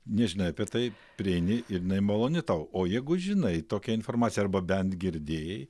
nežinai apie tai prieini ir nemaloni tau o jeigu žinai tokią informaciją arba bent girdėjai